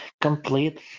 complete